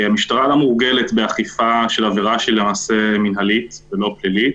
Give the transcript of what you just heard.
המשטרה לא מורגלת באכיפה של עבירה שהיא למעשה מינהלית ולא פלילית.